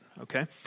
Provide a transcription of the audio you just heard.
Okay